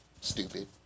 Stupid